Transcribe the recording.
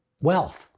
wealth